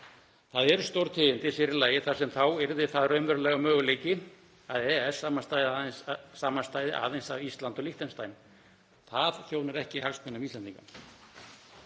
Það eru stórtíðindi, sér í lagi þar sem þá yrði það raunverulegur möguleiki að EES samanstæði aðeins af Íslandi og Liechtenstein. Það þjónar ekki hagsmunum Íslendinga.